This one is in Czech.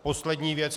Poslední věc.